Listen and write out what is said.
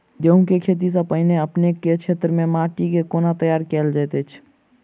गेंहूँ केँ खेती सँ पहिने अपनेक केँ क्षेत्र मे माटि केँ कोना तैयार काल जाइत अछि?